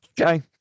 Okay